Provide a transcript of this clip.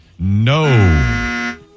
No